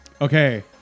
Okay